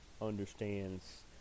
understands